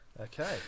Okay